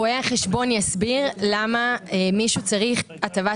רואה החשבון יסביר למה מישהו צריך הטבת